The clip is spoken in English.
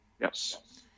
Yes